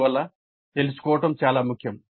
అందువల్ల తెలుసుకోవడం చాలా ముఖ్యం